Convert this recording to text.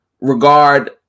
regard